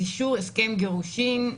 אישור הסכם גירושין,